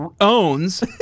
owns